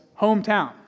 hometown